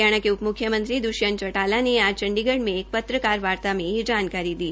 हरियाण के उप मुख्यमंत्री द्ष्यंत चौटाला ने आज चंडीगढ़ में पत्रकारवार्त में यह जानकारी दी